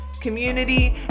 community